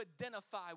identify